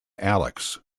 alex